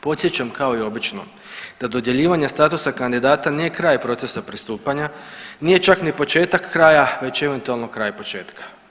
Podsjećam kao i obično da dodjeljivanje statusa kandidata nije kraj procesa pristupanja, nije čak ni početak kraja, već eventualno kraj početka.